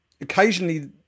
occasionally